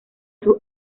sus